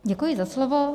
Děkuji za slovo.